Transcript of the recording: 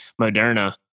Moderna